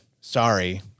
sorry